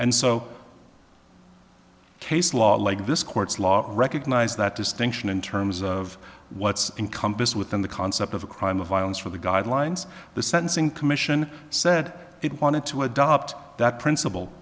and so case law like this court's law recognize that distinction in terms of what's in compass within the concept of a crime of violence for the guidelines the sentencing commission said it wanted to adopt that principle